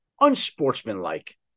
unsportsmanlike